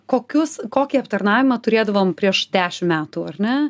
kokius kokį aptarnavimą turėdavom prieš dešim metų ar ne